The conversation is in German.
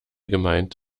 gemeint